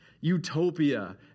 utopia